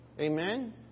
Amen